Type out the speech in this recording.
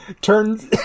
turns